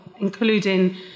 including